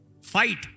Fight